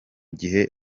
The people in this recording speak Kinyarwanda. gihe